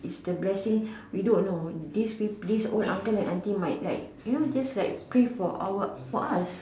it's the blessing we don't know this this old uncle and auntie might like you know just like pray for our for us